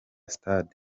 stade